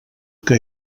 que